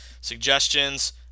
suggestions